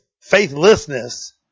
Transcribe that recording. faithlessness